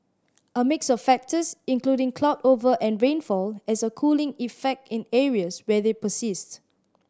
a mix of factors including cloud over and rainfall as a cooling effect in areas where they persist